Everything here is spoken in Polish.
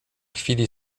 chwili